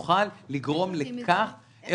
נוכל לגרום לכך -- איך עושים את זה?